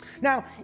Now